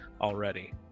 already